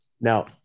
Now